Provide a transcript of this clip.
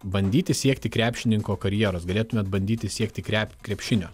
bandyti siekti krepšininko karjeros galėtumėt bandyti siekti kre krepšinio